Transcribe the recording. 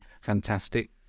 Fantastic